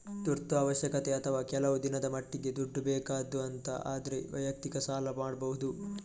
ತುರ್ತು ಅವಶ್ಯಕತೆ ಅಥವಾ ಕೆಲವು ದಿನದ ಮಟ್ಟಿಗೆ ದುಡ್ಡು ಬೇಕಾದ್ದು ಅಂತ ಆದ್ರೆ ವೈಯಕ್ತಿಕ ಸಾಲ ಮಾಡ್ಬಹುದು